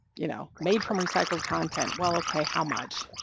you know, made from recycled content, well, ok, how much?